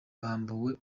bambuwe